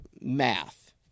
math